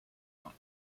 vin